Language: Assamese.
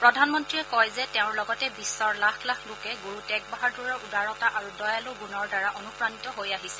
প্ৰধানমন্ত্ৰীয়ে কয় যে তেওঁৰ লগতে বিশ্বৰ লাখ লাখ লোকে গুৰু টেগ বাহাদুৰৰ উদাৰতা আৰু দয়ালু গুণৰ দ্বাৰা অনুপ্ৰাণিত হৈ আহিছে